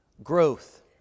Growth